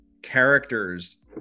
characters